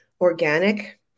organic